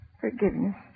forgiveness